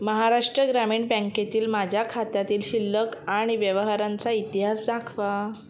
महाराष्ट्र ग्रामीण बँकेतील माझ्या खात्यातील शिल्लक आणि व्यवहारांचा इतिहास दाखवा